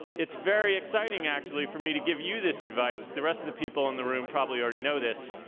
it's very exciting actually for me to give you this advice, the rest of the people in the room probably already know this,